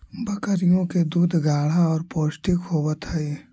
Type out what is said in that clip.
बकरियों के दूध गाढ़ा और पौष्टिक होवत हई